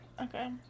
Okay